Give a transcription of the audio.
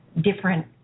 different